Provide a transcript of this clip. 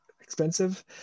expensive